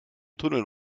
tunnel